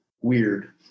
weird